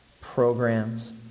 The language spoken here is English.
programs